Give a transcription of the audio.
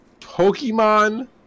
Pokemon